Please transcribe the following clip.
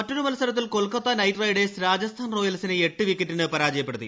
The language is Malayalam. മറ്റൊരു മത്സരത്തിൽ കൊൽക്കത്ത നൈറ്റ്റൈഡേഴ്സ് രാജസ്ഥാൻ റോയൽസിനെ എട്ട് വിക്കറ്റിന് പരാജയപ്പെടുത്തി